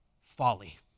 folly